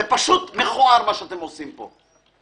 זה פשוט מכוער מה שאתם עושים פה.